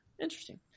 interesting